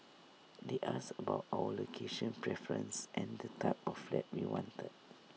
they asked about our location preference and the type of flat we wanted